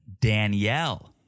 Danielle